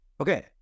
Okay